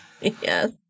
Yes